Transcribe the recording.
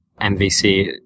MVC